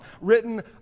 written